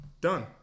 done